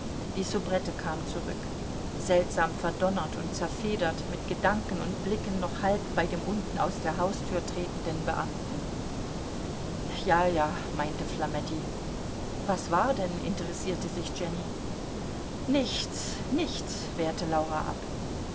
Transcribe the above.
die soubrette kam zurück seltsam verdonnert und zerfedert mit gedanken und blicken noch halb bei dem unten aus der haustür tretenden beamten ja ja meinte flametti was war denn interessierte sich jenny nichts nichts wehrte laura ab